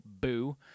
boo